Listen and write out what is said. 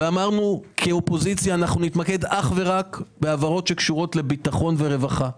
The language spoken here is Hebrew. אמרנו שכאופוזיציה אנחנו נתמקד אך ורק בהעברות שקשורות לביטחון ורווחה.